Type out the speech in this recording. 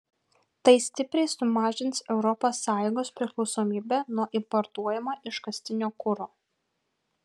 tai stipriai sumažins europos sąjungos priklausomybę nuo importuojamo iškastinio kuro